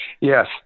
Yes